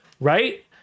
right